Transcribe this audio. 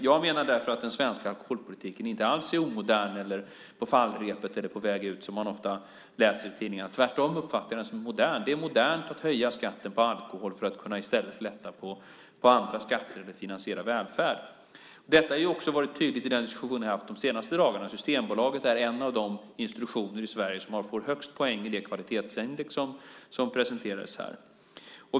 Jag menar därför att den svenska alkoholpolitiken inte alls är omodern eller på fallrepet eller på väg ut som man ofta läser i tidningarna. Tvärtom uppfattar jag den som modern. Det är modernt att höja skatten på alkohol för att i stället kunna lätta på andra skatter eller finansiera välfärd. Detta har också varit tydligt i den diskussion vi har haft de senaste dagarna. Systembolaget är en av de institutioner i Sverige som får högst poäng i det kvalitetsindex som presenterades här.